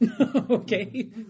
okay